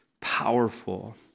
powerful